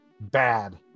bad